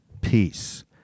peace